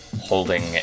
holding